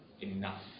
enough